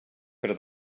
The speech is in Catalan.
per